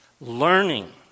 learning